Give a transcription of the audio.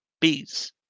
bees